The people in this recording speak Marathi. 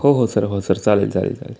हो हो सर हो सर चालेल चालेल चालेल